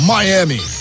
Miami